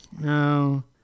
No